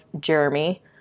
jeremy